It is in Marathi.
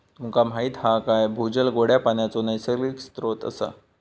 तुमका माहीत हा काय भूजल गोड्या पानाचो नैसर्गिक स्त्रोत असा